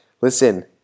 Listen